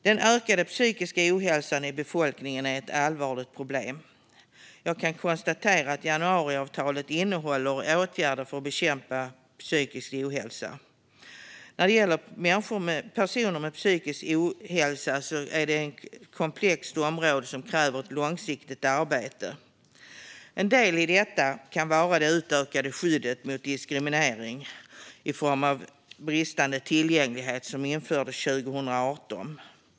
Den ökade psykiska ohälsan i befolkningen är ett allvarligt problem. Jag kan konstatera att januariavtalet innehåller åtgärder för att bekämpa psykisk ohälsa. Personer med psykisk ohälsa är ett komplext område som kräver ett långsiktigt arbete. En del i detta kan vara det utökade skyddet mot diskriminering i form av bristande tillgänglighet som infördes 2018.